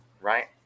Right